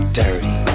dirty